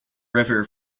river